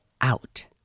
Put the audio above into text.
out